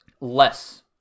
less